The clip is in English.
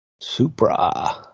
Supra